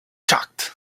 shocked